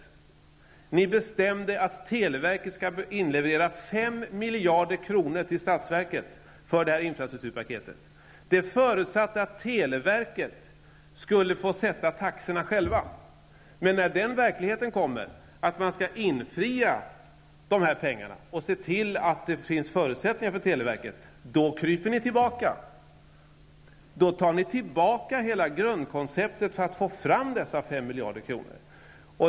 Den förra regeringen beslutade att televerket skulle inleverera 5 miljarder kronor till statsverket för infrastrukturpaketet, vilket förutsatte att televerket självt skulle få fastställa sina taxor. Men när det blir dags att i verkligheten infria överenskommelsen och se till att det finns förutsättningar för televerket kryper ni tillbaka. Ni tar tillbaka hela grundkonceptet för att få fram dessa 5 miljarder kronor.